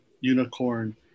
unicorn